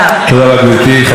חבר הכנסת דב חנין.